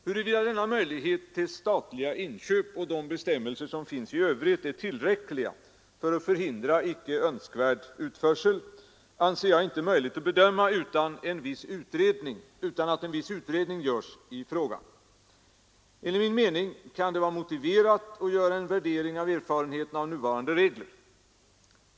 Huruvida denna möjlighet till statliga inköp och de bestämmelser som finns i övrigt är tillräckliga för att förhindra icke önskvärd utförsel, anser jag inte möjligt att bedöma utan att en viss utredning görs i frågan. Enligt min mening kan det vara motiverat att göra en värdering av erfarenheter na av nuvarande regler.